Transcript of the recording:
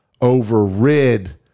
overrid